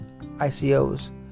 ICOs